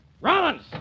Rollins